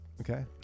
Okay